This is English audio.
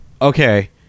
Okay